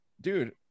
dude